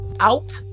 Out